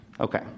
Okay